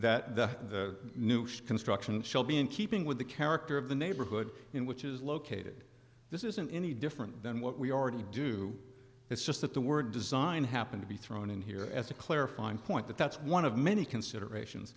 is that the new construction shall be in keeping with the character of the neighborhood in which is located this isn't any different than what we already do it's just that the word design happened to be thrown in here as a clarifying point that that's one of many considerations